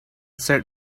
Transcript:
set